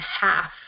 half